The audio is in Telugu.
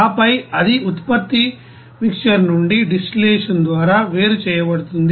ఆపై అది ఉత్పత్తి మిక్సర్ నుండి డిస్టిల్లషన్ ద్వారా వేరు చేయబడుతుంది